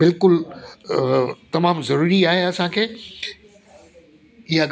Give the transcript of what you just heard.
बिल्कुलु तमामु ज़रूरी आए असांखे ईअं